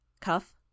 Cuff